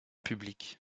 public